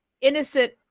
innocent